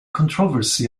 controversy